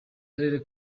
karere